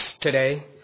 today